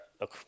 Look